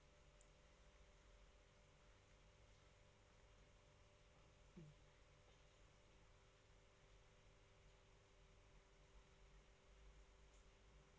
hmm